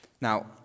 Now